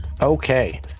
Okay